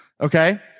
okay